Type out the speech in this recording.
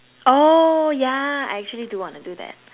oh yeah I actually do want to do that